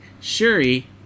Shuri